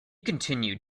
continued